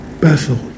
Bethel